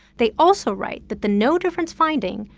they also write that the no-difference finding,